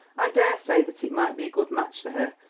i daresay that it might be a good match for her,